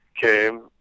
came